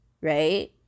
Right